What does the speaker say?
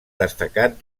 destacat